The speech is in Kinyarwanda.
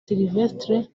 sylvestre